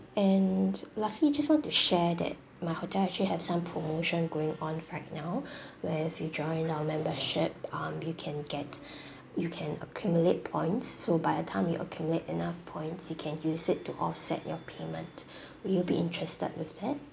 and lastly just want to share that my hotel actually have some promotion going on right now where if you join our membership um you can get you can accumulate points so by the time you accumulate enough points you can use it to offset your payment would you be interested with that